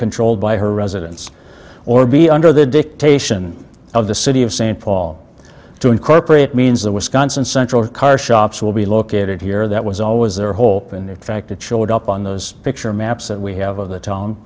controlled by her residence or be under the dictation of the city of st paul to incorporate means the wisconsin central car shops will be located here that was always there whole and in fact the chilled up on those picture maps that we have of the to